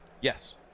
yes